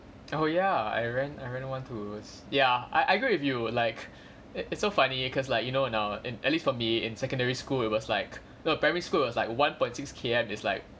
oh ya I ran I ran one towards ya I I agree with you like it it's so funny cause like you know in at least for me in secondary school it was like no primary school was like one point six K_M it's like